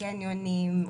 קניונים,